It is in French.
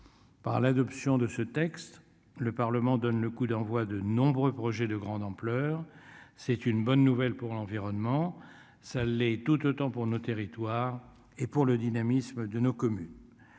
Par l'adoption de ce texte, le Parlement donne le coup d'envoi de nombreux projets de grande ampleur. C'est une bonne nouvelle pour l'environnement, ça l'est tout autant pour nos territoires et pour le dynamisme de nos communes.